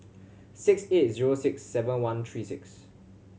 six eight zero six seven one three six